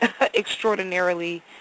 extraordinarily